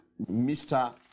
Mr